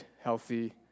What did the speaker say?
healthy